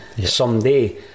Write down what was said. someday